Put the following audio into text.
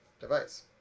device